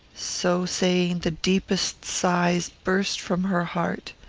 so saying, the deepest sighs burst from her heart.